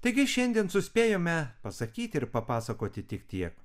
taigi šiandien suspėjome pasakyti ir papasakoti tik tiek